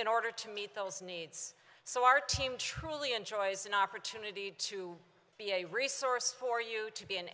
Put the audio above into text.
in order to meet those needs so our team truly enjoys an opportunity to be a resource for you to be an